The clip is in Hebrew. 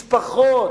משפחות,